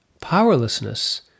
powerlessness